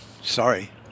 Sorry